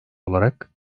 olarak